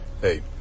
Hey